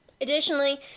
Additionally